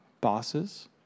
bosses